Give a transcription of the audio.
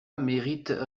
mérite